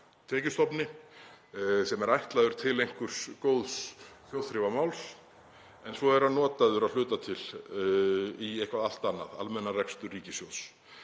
tekjustofni sem er ætlaður til einhvers góðs þjóðþrifamáls, en svo er hann notaður að hluta til í eitthvað allt annað, almennan rekstur ríkissjóðs.